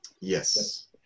Yes